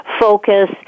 focus